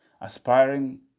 aspiring